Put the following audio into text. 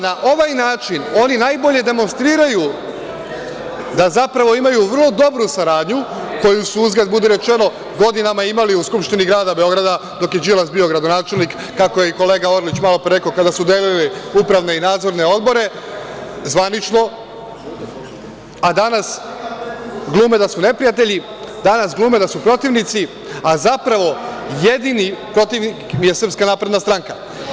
Na ovaj način oni najbolje demonstriraju da zapravo imaju vrlo dobru saradnju, koju su, uzgred budi rečeno, godinama imali u Skupštini Grada Beograda, dok je Đilas bio gradonačelnik, kako je i kolega Orlić malopre rekao, kada su delili upravne i nadzorne odbore, zvanično, a danas glume da su neprijatelji, danas glume da su protivnici, a zapravo, jedini protivnik im je SNS.